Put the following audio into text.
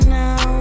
now